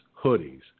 hoodies